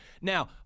Now